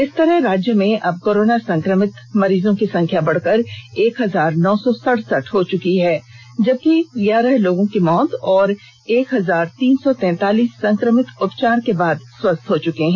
इस तरह राज्य में अब कोरोना संक्रमित मरीजों की संख्या बढ़कर एक हजार नौ सौ सड़सठ हो चुकी है जबकि ग्यारह लोगों की मौत और एक हजार तीन सौ तैतालीस संक्रमित उपचार के बाद स्वस्थ हो चुके हैं